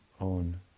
own